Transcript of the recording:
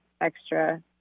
extra